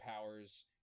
powers